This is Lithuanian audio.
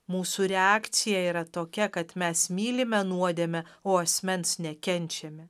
mūsų reakcija yra tokia kad mes mylime nuodėmę o asmens nekenčiame